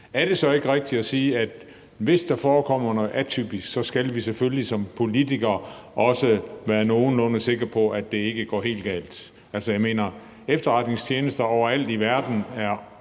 er det så ikke rigtigt at sige, at hvis der forekommer noget atypisk, så skal vi selvfølgelig som politikere også være nogenlunde sikre på, at det ikke går helt galt? Altså, jeg mener, efterretningstjenester overalt i verden er